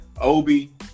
Obi